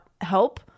help